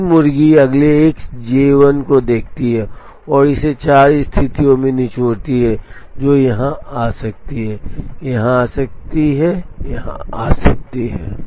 T मुर्गी अगले एक J1 को देखती है और इसे चार स्थितियों में निचोड़ती है जो यहां आ सकती है यह यहां आ सकती है यह यहां आ सकती है यह यहां आ सकती है